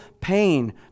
pain